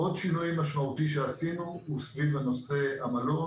עוד שינוי משמעותי שעשינו הוא סביב נושא המלון